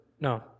No